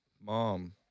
Mom